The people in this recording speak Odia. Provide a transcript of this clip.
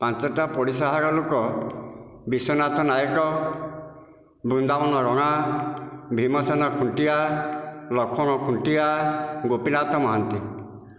ପାଞ୍ଚଟା ପଡ଼ିଶାଘର ଲୋକ ବିଶ୍ଵନାଥ ନାୟକ ବୃନ୍ଦାବନ ରଣା ଭୀମସେନ ଖୁଣ୍ଟିଆ ଲକ୍ଷ୍ମଣ ଖୁଣ୍ଟିଆ ଗୋପୀନାଥ ମହାନ୍ତି